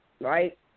right